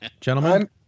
Gentlemen